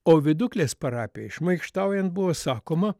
o viduklės parapijoj šmaikštaujant buvo sakoma